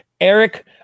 Eric